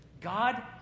God